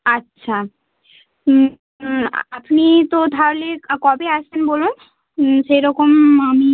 আচ্ছা আপনি তো তাহলে কবে আসবেন বলুন সেই রকম আমি